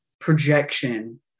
projection